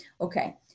Okay